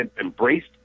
embraced